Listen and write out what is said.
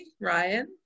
Ryan